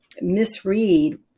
misread